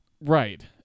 Right